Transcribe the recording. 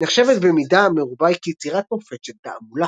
נחשבת במידה מרובה כיצירת מופת של תעמולה.